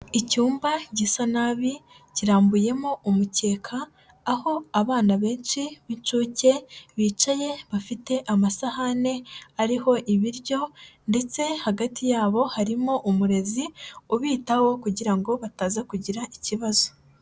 Icyumba gisa nabi kirambuyemo umukeka, aho abana benshi b'incuke bicaye bafite amasahani ariho ibiryo ndetse hagati yabo harimo umurezi ubitaho kugira ngo bataza kugira ikibazo.